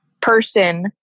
person